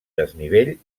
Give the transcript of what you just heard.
desnivell